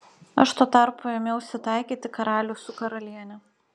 aš tuo tarpu ėmiausi taikyti karalių su karaliene